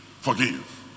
Forgive